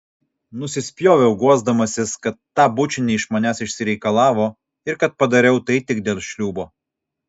nusispjoviau guosdamasis kad tą bučinį iš manęs išsireikalavo ir kad padariau tai tik dėl šliūbo